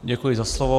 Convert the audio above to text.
Děkuji za slovo.